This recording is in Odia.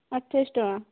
ଅଠେଇଶ ଟଙ୍କା